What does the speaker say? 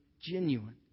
genuine